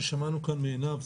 ששמענו כאן מעינב.